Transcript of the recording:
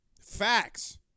Facts